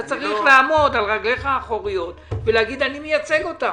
אתה צריך לעמוד על רגליך האחוריות ולומר: אני מייצג אותם.